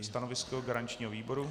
Stanovisko garančního výboru?